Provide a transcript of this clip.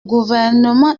gouvernement